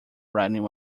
writing